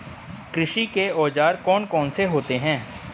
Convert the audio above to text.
कृषि के औजार कौन कौन से होते हैं?